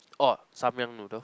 orh Samyang noodle